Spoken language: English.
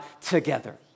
together